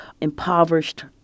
impoverished